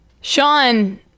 Sean